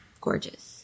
gorgeous